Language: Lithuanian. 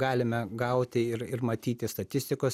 galime gauti ir ir matyti statistikos